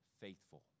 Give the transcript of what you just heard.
faithful